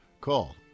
Call